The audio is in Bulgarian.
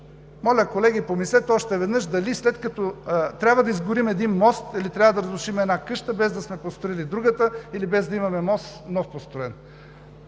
моля Ви, помислете още веднъж дали трябва да изгорим един мост, или трябва да разрушим една къща, без да сме построили другата или без да имаме построен